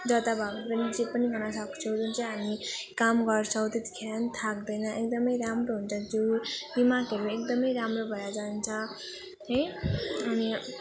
जताभावी पनि जे पनि गर्न सक्छौँ जुन चाहिँ हामी काम गर्छौँ त्यतिखेर थाक्दैन एकदम राम्रो हुन्छ जिउ दिमागहरू एकदम राम्रो भएर जान्छ है अनि